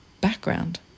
background